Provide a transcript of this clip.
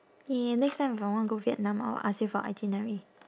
ya next time if I wanna go vietnam I will ask you for itinerary